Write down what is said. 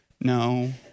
No